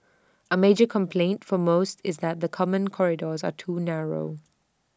A major complaint for most is that the common corridors are too narrow